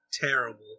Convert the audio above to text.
terrible